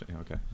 Okay